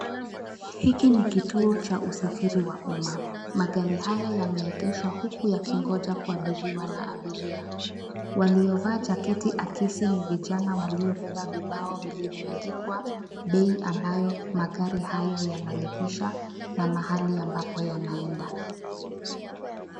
Hiki ni kituo cha usafiri wa umma. Magari haya yameegeshwa huku yakingoja kuabiriwa na abiria. Waliovaa jaketi akisi ni vijana waliobeba vibao vilivyoandikwa, bei ambayo magari hayo yanalipisha, na mahali ambapo yanaenda.